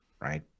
right